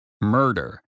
murder